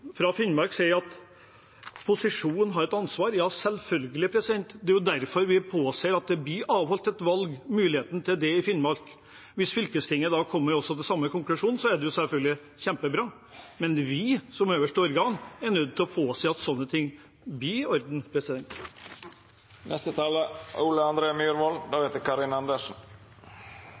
fra Finnmark sier at posisjonen har et ansvar. Ja, selvfølgelig. Det er derfor vi påser at det blir avholdt et valg, muligheten til det, i Finnmark. Hvis fylkestinget kommer til samme konklusjon, er det selvfølgelig kjempebra, men vi som øverste organ er nødt til å påse at sånne ting blir i orden.